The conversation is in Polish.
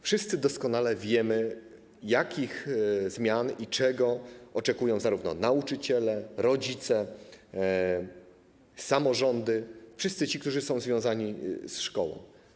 Wszyscy doskonale wiemy, jakich zmian i czego oczekują nauczyciele, rodzice, samorządy, wszyscy ci, którzy są związani ze szkołą.